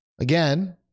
Again